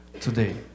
today